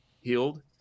healed